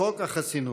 לחוק החסינות.